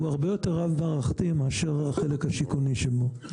הוא הרבה יותר רב-מערכתי מאשר החלק השיכוני שבו.